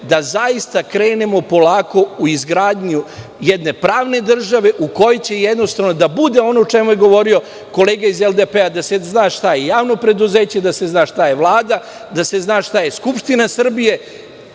da zaista krenemo polako u izgradnju jedne pravne države u kojoj će jednostrano da bude, ono o čemu je govorio kolega iz LDP, da se zna šta je javno preduzeće, da se zna šta je Vlada, da se zna šta je Skupština Srbije.